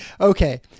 okay